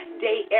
day